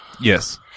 Yes